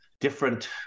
different